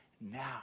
now